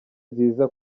nziza